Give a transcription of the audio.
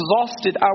exhausted